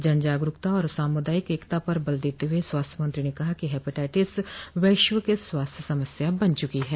जन जागरूकता और सामुदायिक एकता पर बल देते हुए स्वास्थ्य मंत्री ने कहा कि हेपेटाइटिस वैश्विक स्वास्थ्य समस्या बन चुकी है